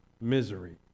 misery